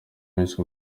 menshi